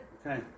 Okay